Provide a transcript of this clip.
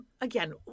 again